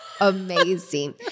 amazing